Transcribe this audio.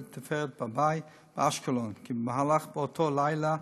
"תפארת בבאי" באשקלון שבמהלך אותו הלילה,